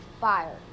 fire